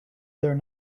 there